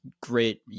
great